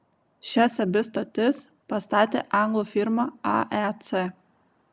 šias abi stotis pastatė anglų firma aec